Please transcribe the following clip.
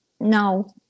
no